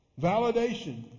Validation